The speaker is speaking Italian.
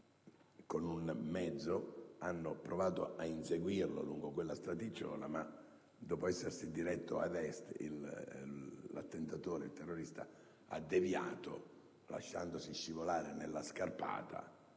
Gli afgani hanno provato ad inseguirlo con un mezzo lungo quella stradicciola, ma, dopo essersi diretto ad Est, l'attentatore, il terrorista, ha deviato lasciandosi scivolare nella scarpata